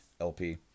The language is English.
LP